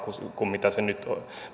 kuin mitä se